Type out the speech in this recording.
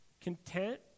content